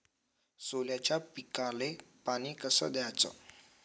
सोल्याच्या पिकाले पानी कस द्याचं?